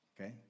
okay